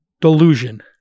delusion